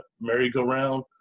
merry-go-round